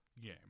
game